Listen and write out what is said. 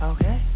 Okay